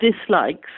dislikes